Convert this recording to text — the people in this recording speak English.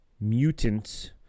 mutants